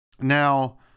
Now